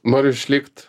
noriu išlikt